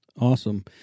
Awesome